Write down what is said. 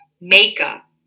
makeup